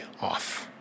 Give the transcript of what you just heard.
off